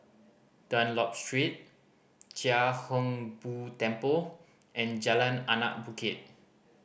Dunlop Street Chia Hung Boo Temple and Jalan Anak Bukit